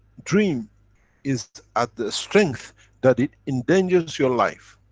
dream is at the strength that it endangers your life,